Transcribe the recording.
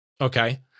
Okay